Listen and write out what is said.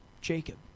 Jacob